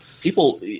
people